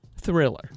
Thriller